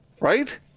right